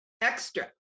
extra